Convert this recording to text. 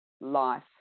life